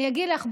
אגיד לך,